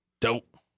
Dope